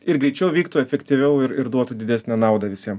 ir greičiau vyktų efektyviau ir ir duotų didesnę naudą visiem